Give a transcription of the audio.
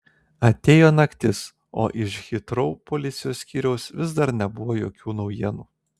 atėjo naktis o iš hitrou policijos skyriaus vis dar nebuvo jokių naujienų